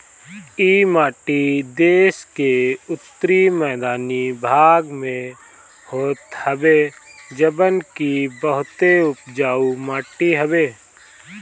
इ माटी देस के उत्तरी मैदानी भाग में होत हवे जवन की बहुते उपजाऊ माटी हवे